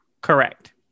correct